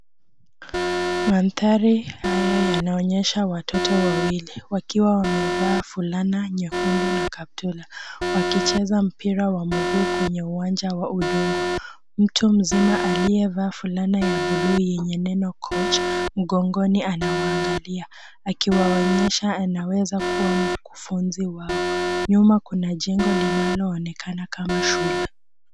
Mandhari yanaonyesha watoto wawili wakiwa wamevaa fulana nyekundu na kaptura. Wakicheza mpira wa miguu kwa uwanja wa udongo. Mtu mzima aliyevaa fulana ya blue yenye neno coach mgogoni anawaangalia akiwaonyesha anaweza kuwa mkufunzi wao. Nyuma kuna jengo linaloonekana kama shule.